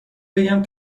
بگم